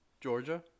Georgia